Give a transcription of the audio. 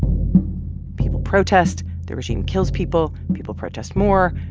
people protest. the regime kills people. people protest more.